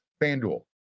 Fanduel